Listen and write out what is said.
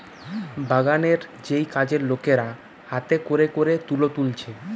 বাগানের যেই কাজের লোকেরা হাতে কোরে কোরে তুলো তুলছে